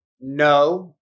No